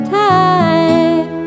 time